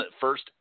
first